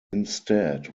instead